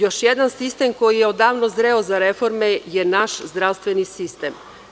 Još jedan sistem koji je odavno zreo za reforme je naš zdravstveni sistem.